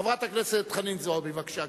חברת הכנסת חנין זועבי, בבקשה.